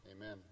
Amen